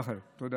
תודה.